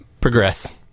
progress